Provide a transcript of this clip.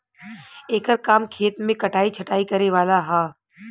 एकर काम खेत मे कटाइ छटाइ करे वाला ह